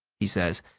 he says.